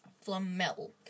Flamel